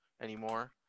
anymore